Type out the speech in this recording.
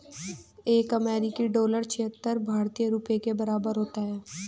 एक अमेरिकी डॉलर छिहत्तर भारतीय रुपये के बराबर होता है